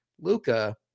Luca